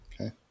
Okay